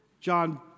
John